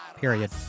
Period